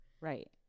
Right